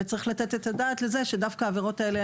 צריך לתת את הדעת שדווקא העברות האלו,